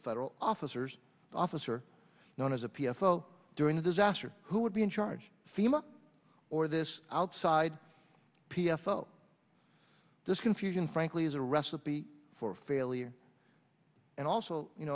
federal officers officer known as a p f l during the disaster who would be in charge fema or this outside p s l this confusion frankly is a recipe for failure and also you